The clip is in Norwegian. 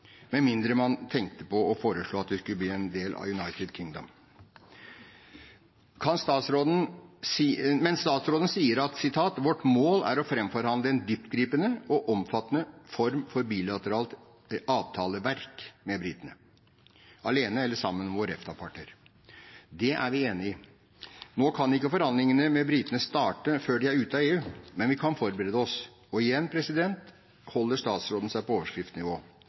med mindre man tenkte på å foreslå at vi skulle bli en del av United Kingdom. Men statsråden sier: «Vårt mål er å forhandle fram en dyptgripende og omfattende form for bilateralt avtaleverk med britene» – alene eller sammen med våre EFTA-partnere. Det er vi enig i. Nå kan ikke forhandlingene med britene starte før de er ute av EU, men vi kan forberede oss. Og igjen holder statsråden seg på overskriftsnivå.